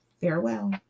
farewell